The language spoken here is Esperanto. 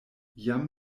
jam